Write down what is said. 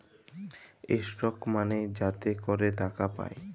stock মালে যাতে ক্যরে টাকা পায়